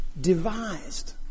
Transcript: devised